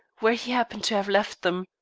where he happened to have left them.